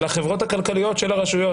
לחברות הכלכליות של הרשויות,